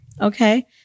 Okay